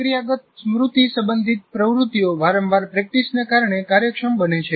પ્રક્રિયાગત સ્મૃતિ સંબંધિત પ્રવૃત્તિઓ વારંવાર પ્રેક્ટિસને કારણે કાર્યક્ષમ બને છે